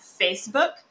Facebook